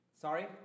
Sorry